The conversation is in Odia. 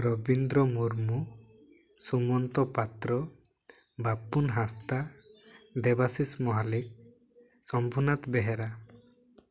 ରବୀନ୍ଦ୍ର ମୁର୍ମୁ ସୁମନ୍ତ ପାତ୍ର ବାପୁନ ହାସ୍ତା ଦେବାଶିଷ ମହାଲିକ ଶମ୍ଭୁନାଥ ବେହେରା